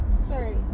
Sorry